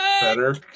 better